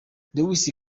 lewis